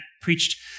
preached